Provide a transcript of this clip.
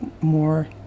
more